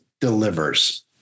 delivers